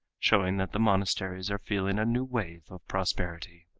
showing that the monasteries are feeling a new wave of prosperity.